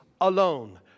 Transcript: alone